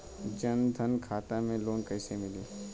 जन धन खाता से लोन कैसे मिली?